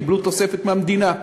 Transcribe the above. קיבלו תוספת מהמדינה.